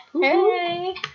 Hey